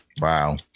wow